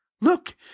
look